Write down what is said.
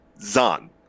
Zan